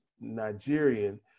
Nigerian